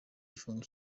igifungo